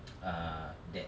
err that